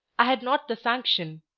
i had not the sanction.